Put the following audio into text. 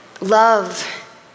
love